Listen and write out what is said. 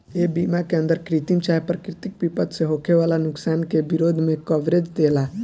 ए बीमा के अंदर कृत्रिम चाहे प्राकृतिक विपद से होखे वाला नुकसान के विरोध में कवरेज देला